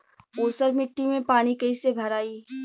ऊसर मिट्टी में पानी कईसे भराई?